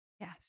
Yes